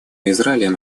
израилем